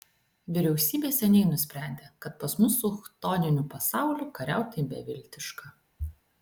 vyriausybė seniai nusprendė kad pas mus su chtoniniu pasauliu kariauti beviltiška